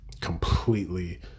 completely